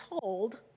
told